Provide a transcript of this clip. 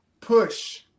push